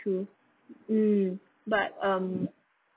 true mm but um